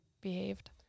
behaved